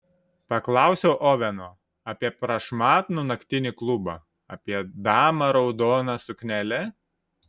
paklausiau oveno apie prašmatnų naktinį klubą apie damą raudona suknele